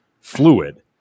fluid